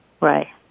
right